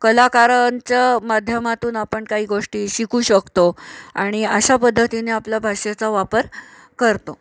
कलाकारांच्या माध्यमातून आपण काही गोष्टी शिकू शकतो आणि अशा पद्धतीने आपल्या भाषेचा वापर करतो